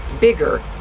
bigger